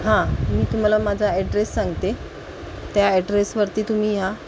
हां मी तुम्हाला माझा ॲड्रेस सांगते त्या ॲड्रेसवरती तुम्ही या